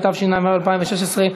התשע"ו 2016,